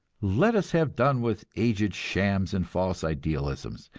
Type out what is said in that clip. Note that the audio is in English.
let us have done with aged shams and false idealisms.